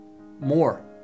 more